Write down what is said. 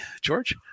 George